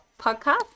podcast